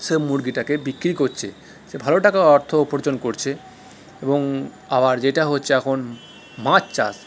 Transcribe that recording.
সে মুরগিটাকে বিক্রি কোচ্ছে সে ভালো টাকা অর্থ উপার্জন করছে এবং আবার যেটা হচ্ছে এখন মাচ চাষ